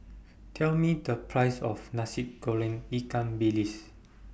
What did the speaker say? Tell Me The Price of Nasi Goreng Ikan Bilis